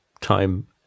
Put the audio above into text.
time